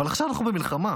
אבל עכשיו אנחנו במלחמה,